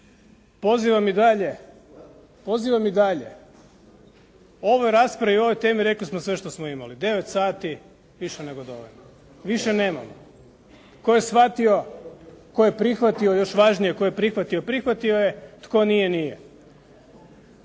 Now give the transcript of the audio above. pozivam i dalje o ovoj raspravi i o ovoj temi rekli smo sve što smo imali. Devet sati više nego dovoljno. Više nemamo. Tko je shvatio, tko je prihvatio, još važnije tko je prihvatio prihvatio je, tko nije nije.